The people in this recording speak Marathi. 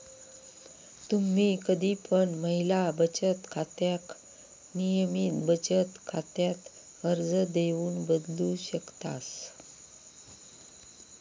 तुम्ही कधी पण महिला बचत खात्याक नियमित बचत खात्यात अर्ज देऊन बदलू शकतास